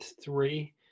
three